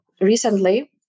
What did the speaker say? recently